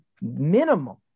minimum